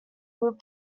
good